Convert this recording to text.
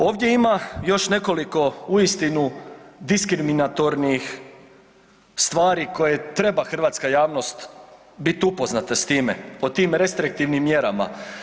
Ovdje ima još nekoliko uistinu diskriminatornih stvari koje treba hrvatska javnost biti upoznata s time, od tim restriktivnim mjerama.